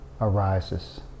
arises